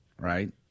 right